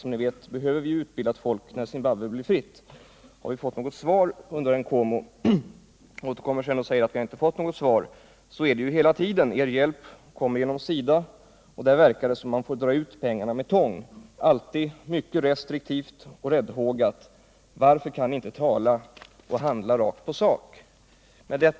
Som ni vet behöver vi utbildat folk när Zimbabwe blir fritt. Har vi fått något svar?” undrar Nkomo. Han återkommer sedan och säger att man inte fått något svar. Han säger: Så är det hela tiden. Er hjälp kommer genom SIDA , och där verkar det som om man får dra ut pengarna med tång. Alltid mycket restriktivt och räddhågat. Varför kan ni inte tala och handla rakt på sak?